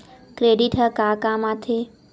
Credit ह का काम आथे?